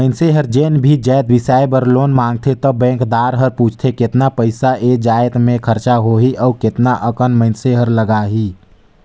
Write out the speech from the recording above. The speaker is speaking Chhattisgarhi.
मइनसे हर जेन भी जाएत बिसाए बर लोन मांगथे त बेंकदार हर पूछथे केतना पइसा ए जाएत में खरचा होही अउ केतना अकन मइनसे हर लगाही